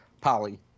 Polly